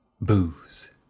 Booze